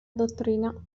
dottrina